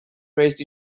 raced